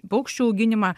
paukščių auginimą